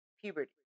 puberty